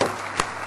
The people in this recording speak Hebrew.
(מחיאות